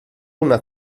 una